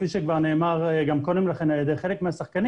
כפי שכבר נאמר קודם לכן על ידי חלק מהשחקנים,